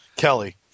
Kelly